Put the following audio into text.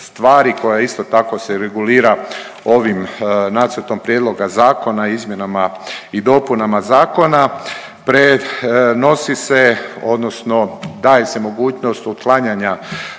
koja isto tako se regulira ovim nacrtom prijedloga zakona o izmjenama i dopunama zakona pred nosi se odnosno daje se mogućnost otklanjanja